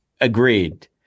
agreed